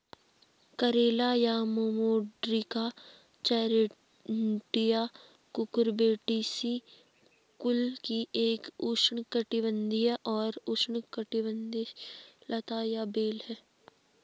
करेला या momordica charantia cucurbitaceae कुल की एक उष्णकटिबंधीय और उपोष्णकटिबंधीय लता या बेल है